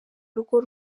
urugo